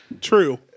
True